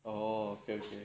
orh okay okay